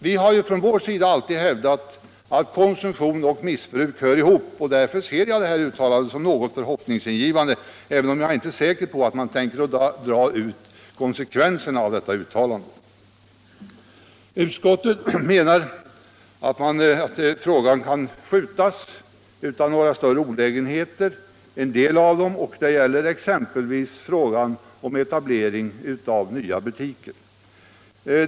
Vi har ju från vår sida alltid hävdat att konsumtion och missbruk hör ihop, och därför ser jag det här uttalandet som något hoppingivande, även om jag inte är säker på att man tänker dra konsekvenserna av uttalandet. Utskottet menar att vi utan några större olägenheter kan skjuta på en del av frågorna. Det gäller exempelvis frågan om etablering av nya butiker.